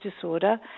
disorder